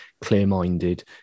clear-minded